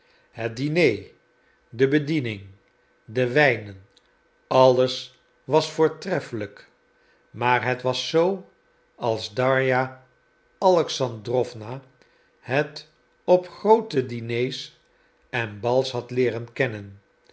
het diner de bediening de wijnen alles was voortreffelijk maar het was zoo als darja alexandrowna het op groote diners en op bals had leeren kennen